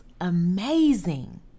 amazing